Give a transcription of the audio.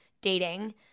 dating